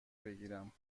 بگیرم